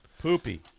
Poopy